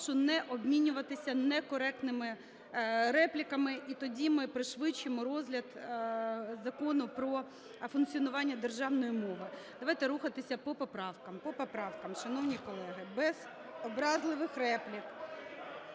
не обмінюватися некоректними репліками, і тоді ми пришвидшимо розгляд Закону про функціонування державної мови. Давайте рухатися по поправках. По поправках, шановні колеги, без образливих реплік.